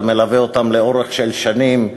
זה מלווה אותם לאורך שנים,